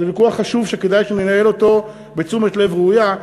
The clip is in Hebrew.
זה ויכוח חשוב שכדאי שננהל אותו בתשומת לב ראויה.